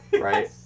Right